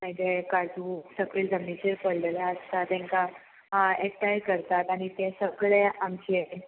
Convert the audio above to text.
मागीर काजू सगळे जमनीचेर पडलेले आसता तेंकां एकठांय करतात आनी ते सगळे आमचे